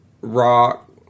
rock